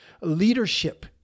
leadership